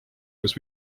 kas